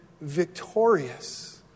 victorious